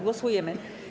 Głosujemy.